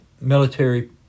military